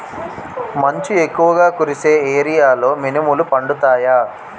మంచు ఎక్కువుగా కురిసే ఏరియాలో మినుములు పండుతాయా?